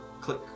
click